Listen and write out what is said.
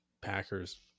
Packers